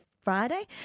Friday